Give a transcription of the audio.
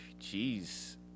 Jeez